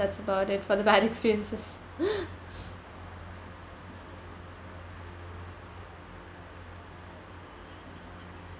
that's about it for the bad experiences